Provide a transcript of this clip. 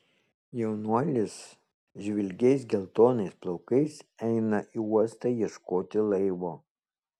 jaunuolis žvilgiais geltonais plaukais eina į uostą ieškoti laivo